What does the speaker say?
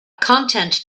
content